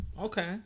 Okay